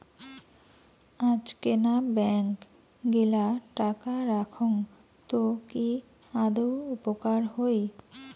আজকেনা ব্যাঙ্ক গিলা টাকা রাখঙ তো কি আদৌ উপকার হই?